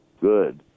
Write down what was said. good